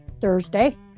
Thursday